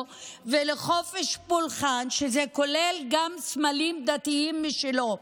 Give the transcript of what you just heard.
וזכותו לחופש פולחן שכולל גם סמלים דתיים משלו.